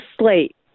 slate